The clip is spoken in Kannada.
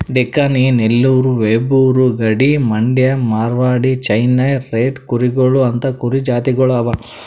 ಡೆಕ್ಕನಿ, ನೆಲ್ಲೂರು, ವೆಂಬೂರ್, ಗಡ್ಡಿ, ಮಂಡ್ಯ, ಮಾರ್ವಾಡಿ, ಚೆನ್ನೈ ರೆಡ್ ಕೂರಿಗೊಳ್ ಅಂತಾ ಕುರಿ ಜಾತಿಗೊಳ್ ಅವಾ